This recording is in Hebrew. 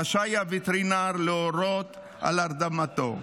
רשאי הווטרינר להורות על הרדמתם.